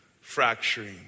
fracturing